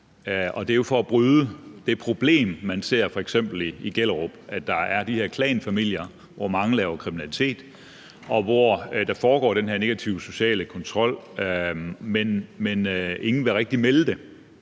Det handler om at håndtere det problem, man f.eks. ser i Gellerupparken, med, at man har de her klanfamilier, hvoraf mange begår kriminalitet, og hvor der foregår den her negative sociale kontrol, men ingen vil rigtig melde det.